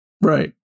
Right